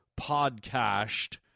podcast